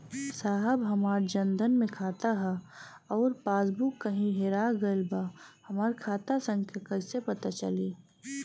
साहब हमार जन धन मे खाता ह अउर पास बुक कहीं हेरा गईल बा हमार खाता संख्या कईसे पता चली?